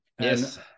Yes